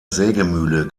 sägemühle